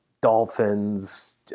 dolphins